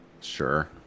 Sure